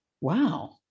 Wow